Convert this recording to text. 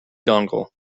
dongle